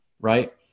right